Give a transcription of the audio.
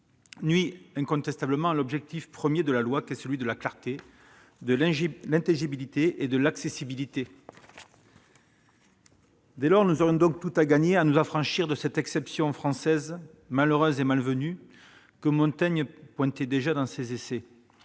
nuit incontestablement à l'objectif premier de la loi : la clarté, l'intelligibilité et l'accessibilité. Nous aurions tout à gagner à nous affranchir de cette exception française, malheureuse et malvenue, que Montaigne pointait déjà dans ses.